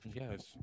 Yes